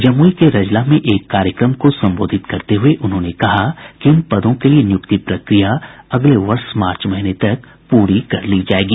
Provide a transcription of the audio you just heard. जमुई के रजला में एक कार्यक्रम को संबोधित करते हुये उन्होंने कहा कि इन पदों के लिए नियुक्ति प्रक्रिया अगले वर्ष मार्च महीने तक पूरी कर ली जायेगी